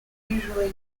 usually